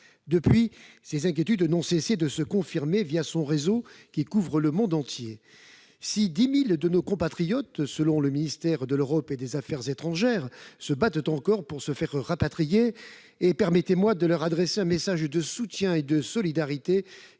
Depuis, ses inquiétudes n'ont cessé d'être confirmées par son réseau, qui couvre le monde entier. Si 10 000 de nos compatriotes, selon le ministère de l'Europe et des affaires étrangères, se battent encore pour se faire rapatrier- je leur adresse ici un message de soutien et de solidarité,